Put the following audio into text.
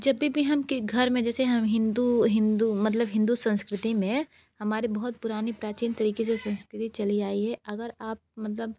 जब भी भी हम घर में जैसे हिंदू हिंदू मतलब हिंदू संस्कृति में हमारे बहुत पुरानी प्राचीन तरीके से संस्कृति चली आई हैं अगर आप मतलब